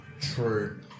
True